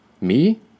Me